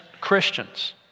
Christians